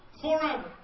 forever